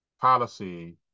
policy